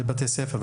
לבתי ספר.